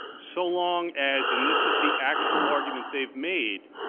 so long as and this is the actual argument they've made,